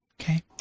okay